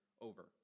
over